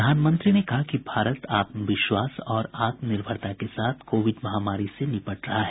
प्रधानमंत्री ने कहा कि भारत आत्मविश्वास और आत्मनिर्भरता के साथ कोविड महामारी से निपट रहा है